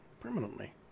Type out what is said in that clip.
permanently